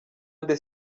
nde